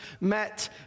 met